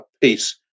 peace